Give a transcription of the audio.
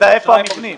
היא הייתה איפה המבנים.